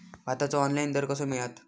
भाताचो ऑनलाइन दर कसो मिळात?